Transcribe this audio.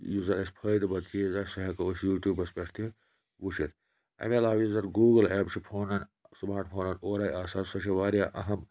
یُس زَن اَسہِ فٲیدٕ مَنٛد چیٖز آسہِ سُہ ہٮ۪کو أسۍ یوٗٹیوٗبَس پٮ۪ٹھ تہِ وٕچھِتھ اَمہِ علاوٕ یُس زَن گوٗگٕل ایپ چھِ فونَن سٕماٹ فونَن اورَے آسان سۄ چھےٚ واریاہ اہم